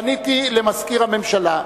פניתי למזכיר הממשלה.